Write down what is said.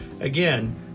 Again